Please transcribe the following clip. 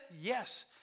Yes